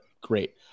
great